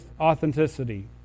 authenticity